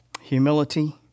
Humility